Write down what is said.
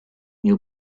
new